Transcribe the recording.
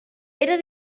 era